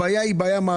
הבעיה היא מערכתית.